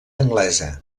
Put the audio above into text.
anglesa